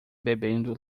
bebendo